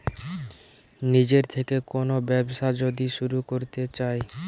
নিজের থেকে কোন ব্যবসা যদি শুরু করতে চাই